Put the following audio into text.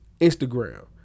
Instagram